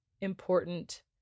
important